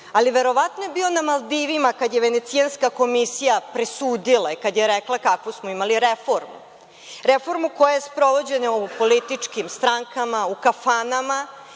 Ali, verovatno je bio na Maldivima kada je Venecijanska komisija presudila i kada je rekla kakvu smo imali reformu. Reformu koja je sprovođena u političkim strankama, u kafanama.